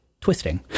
twisting